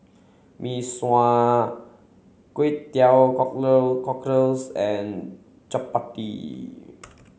Mee Sua Kway Teow Cockles and Chappati